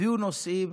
הביאו נושאים,